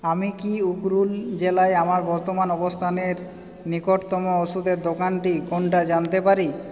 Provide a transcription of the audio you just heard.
আমি কি উখরুল জেলায় আমার বর্তমান অবস্থানের নিকটতম ওষুধের দোকানটি কোনটা জানতে পারি